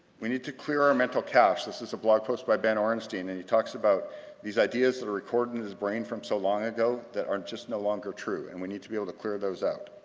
we need to clear our mental cache. this is a blog post by ben orenstein, and he talks about these ideas that are recorded in his brain from so long ago that are just no longer true, and we need to be able to clear those out.